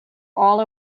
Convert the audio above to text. all